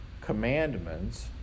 commandments